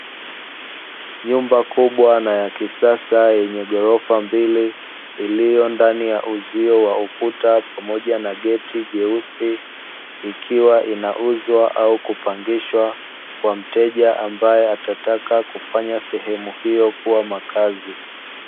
Nyumba kubwa na ya kisasa yenye ghorofa mbili, iliyo ndani ya uzio wa ukuta pamoja na geti jeusi, ikiwa inauzwa au kupangishwa kwa mteja ambaye atataka kufanya sehemu hiyo kuwa makazi.